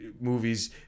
movies